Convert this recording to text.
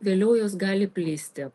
vėliau jos gali plisti